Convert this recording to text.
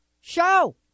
show